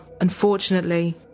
unfortunately